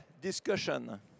discussion